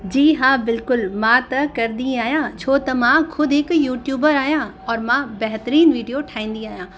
जी हा बिल्कुलु मां त कंदी आहियां छो त मां ख़ुदि हिकु यूट्यूबर आहियां औरि मां बहेतरीन वीडियो ठाहींदी आहियां